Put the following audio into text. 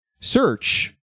search